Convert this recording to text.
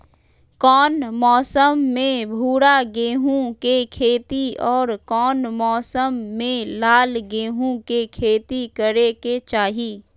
कौन मौसम में भूरा गेहूं के खेती और कौन मौसम मे लाल गेंहू के खेती करे के चाहि?